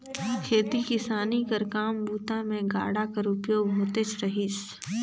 खेती किसानी कर काम बूता मे गाड़ा कर उपयोग होतेच रहिस